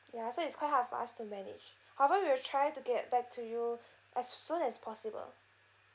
ya so it's quite hard for us to manage however we'll try to get back to you as soon as possible